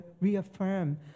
reaffirm